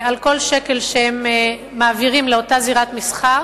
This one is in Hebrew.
על כל שקל שהם מעבירים לאותה זירת מסחר